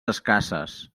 escasses